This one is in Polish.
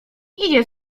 idzie